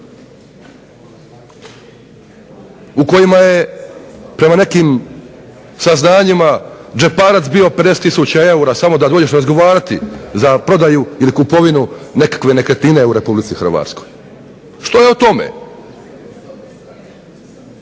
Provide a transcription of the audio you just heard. u kojima je prema nekim saznanjima džeparac bio 50 tisuća eura samo da dođeš razgovarati za prodaju ili kupovinu nekakve nekretnine u Republici Hrvatskoj? Što je o tome?